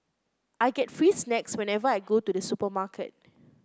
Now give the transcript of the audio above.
I get free snacks whenever I go to the supermarket